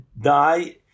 die